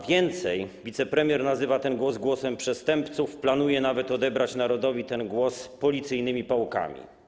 Więcej, wicepremier nazywa ten głos głosem przestępców, planuje nawet odebrać narodowi ten głos policyjnymi pałkami.